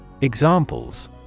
Examples